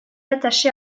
attaché